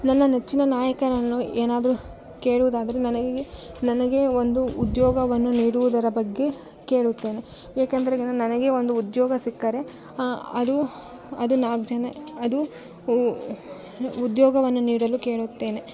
ನನ್ನ ನೆಚ್ಚಿನ ನಾಯಕರನ್ನು ಏನಾದರು ಕೇಳುವುದಾದರೆ ನನಗೆ ನನಗೆ ಒಂದು ಉದ್ಯೋಗವನ್ನು ನೀಡುವುದರ ಬಗ್ಗೆ ಕೇಳುತ್ತೇನೆ ಏಕೆಂದರೆ ನನಗೆ ಒಂದು ಉದ್ಯೋಗ ಸಿಕ್ಕರೆ ಅದು ಅದು ನಾಲ್ಕು ಜನ ಅದು ಉದ್ಯೋಗವನ್ನು ನೀಡಲು ಕೇಳುತ್ತೇನೆ